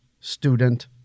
student